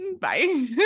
Bye